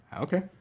Okay